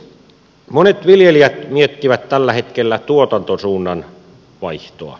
monet viljelijät miettivät tällä hetkellä tuotantosuunnan vaihtoa